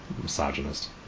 misogynist